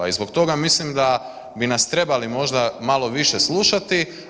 I zbog toga mislim da bi nas trebali možda malo više slušati.